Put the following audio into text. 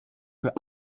für